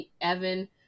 Evan